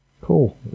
Cool